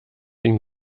ihn